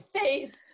face